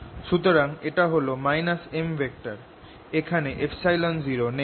সুতরাং এটা হল M এখানে 0 নেই